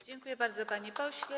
Dziękuję bardzo, panie pośle.